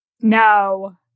No